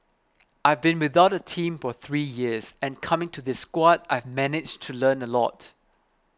I've been without a team for three years and coming to this squad I've managed to learn a lot